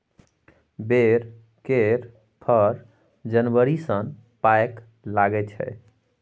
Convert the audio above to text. बैर केर फर जनबरी सँ पाकय लगै छै